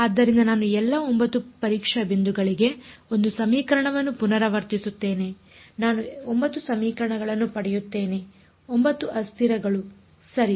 ಆದ್ದರಿಂದ ನಾನು ಎಲ್ಲಾ 9 ಪರೀಕ್ಷಾ ಬಿಂದುಗಳಿಗೆ 1 ಸಮೀಕರಣವನ್ನು ಪುನರಾವರ್ತಿಸುತ್ತೇನೆ ನಾನು 9 ಸಮೀಕರಣಗಳನ್ನು ಪಡೆಯುತ್ತೇನೆ 9 ಅಸ್ಥಿರಗಳು ಸರಿ